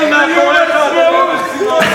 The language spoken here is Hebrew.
בן-סימון,